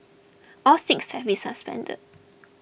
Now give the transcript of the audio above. all six have been suspended